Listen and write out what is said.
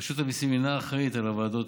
רשות המיסים אינה אחראית על הוועדות,